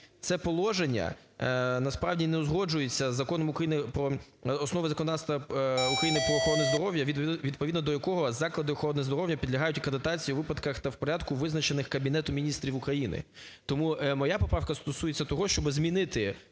це положення насправді не узгоджується з Законом України "Про основи законодавства України "Про охорону здоров'я", відповідно до якого заклади охорони здоров'я підлягають акредитації у випадках та в порядку, визначеному Кабінетом Міністрів України. Тому моя поправка стосується того, щоб змінити